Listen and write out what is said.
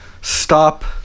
stop